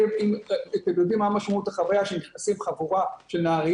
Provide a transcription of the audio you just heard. אתם יודעים מה משמעות החוויה כשנכנסת חבורה של נערים